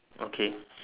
okay